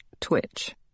twitch